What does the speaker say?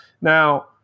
Now